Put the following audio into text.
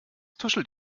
tuschelt